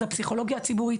זו הפסיכולוגיה הציבורית.